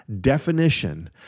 definition